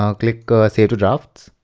um click save to drafts.